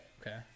Okay